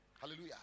Hallelujah